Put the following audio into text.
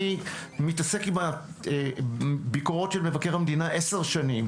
אני מתעסק עם הביקורת של מבקר המדינה עשר שנים,